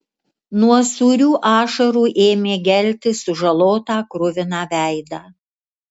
nuo sūrių ašarų ėmė gelti sužalotą kruviną veidą